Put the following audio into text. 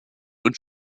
und